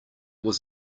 was